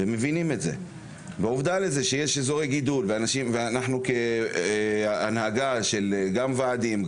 עובדה שיש אזורי גידול ואנחנו כהנהגה גם ועדים,